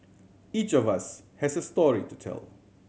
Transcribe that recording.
each of us has a story to tell